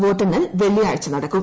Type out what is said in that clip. വോട്ടെണ്ണൽ വെളളിയാഴ്ച നടക്കും